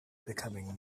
becoming